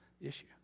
issue